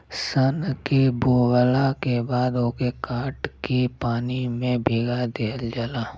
सन के बोवला के बाद ओके काट के पानी में भीगा दिहल जाला